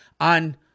On